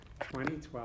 2012